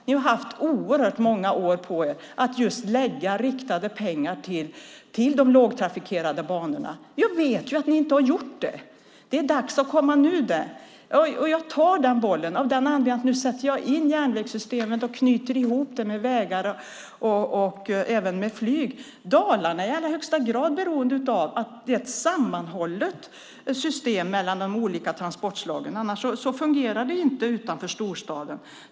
Ni har haft väldigt många år på er att lägga riktade pengar till de lågtrafikerade banorna. Jag vet att ni inte har gjort det. Det är så dags att komma nu! Jag tar den bollen, av den anledningen att jag nu tar järnvägssystemet och knyter ihop det med vägar och flyg. Dalarna är i allra högsta grad beroende av att de olika transportslagen utgör ett sammanhållet system. Annars fungerar det inte utanför storstaden.